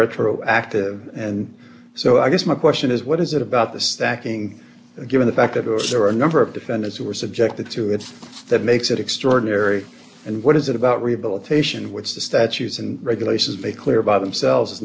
retroactive and so i guess my question is what is it about the stacking that given the fact that it was there are a number of defendants who were subjected to it that makes it extraordinary and what is it about rehabilitation which the statues and regulations make clear by themselves